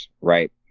right